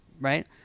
right